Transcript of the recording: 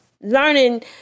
learning